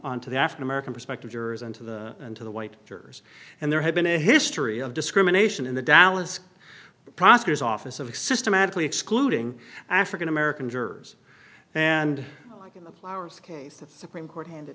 on to the african american perspective jurors into the into the white jurors and there had been a history of discrimination in the dallas prosecutor's office of systematically excluding african american jurors and in the flowers case the supreme court handed